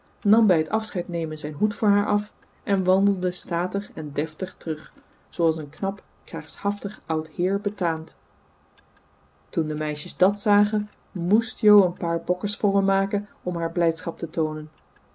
nam bij het afscheidnemen zijn hoed voor haar af en wandelde statig en deftig terug zooals een knap krijgshaftig oud heer betaamt toen de meisjes dat zagen moest jo een paar bokkesprongen maken om haar blijdschap te toonen